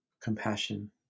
compassion